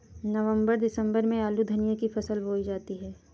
नवम्बर दिसम्बर में आलू धनिया की फसल बोई जाती है?